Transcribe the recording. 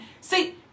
See